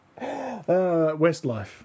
Westlife